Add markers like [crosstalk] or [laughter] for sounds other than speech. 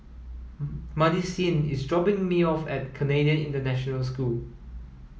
[unintelligible] Madisyn is dropping me off at Canadian International School